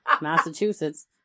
Massachusetts